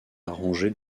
arrangées